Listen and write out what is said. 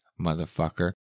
motherfucker